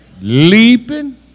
leaping